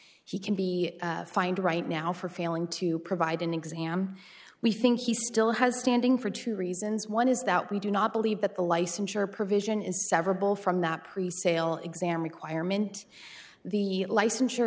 he can be fined right now for failing to provide an exam we think he still has standing for two reasons one is that we do not believe that the licensure provision is sever both from that presale exam requirement the licensure